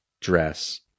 dress